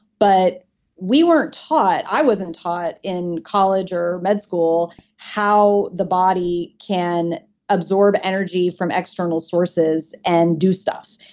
but we weren't taught, i wasn't taught in college or med school how the body can absorb energy from external sources and do stuff.